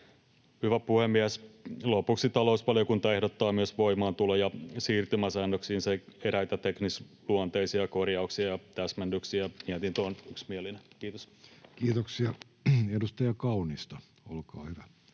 Hyvä puhemies! Lopuksi talousvaliokunta ehdottaa myös voimaantulo- ja siirtymäsäännöksiin eräitä teknisluonteisia korjauksia ja täsmennyksiä. Mietintö on yksimielinen. — Kiitos. [Speech 250] Speaker: